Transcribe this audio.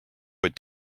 what